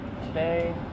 Today